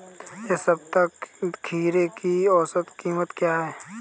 इस सप्ताह खीरे की औसत कीमत क्या है?